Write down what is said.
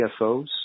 CFOs